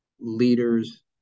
leaders